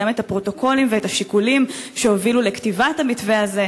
גם את הפרוטוקולים ואת השיקולים שהובילו לכתיבת המתווה הזה,